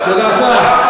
זה כבר נאמר.